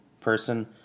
person